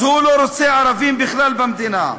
אז הוא לא רוצה ערבים בכלל במדינה.